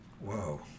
Whoa